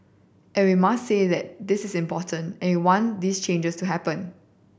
and we must say that this is important and want these changes to happen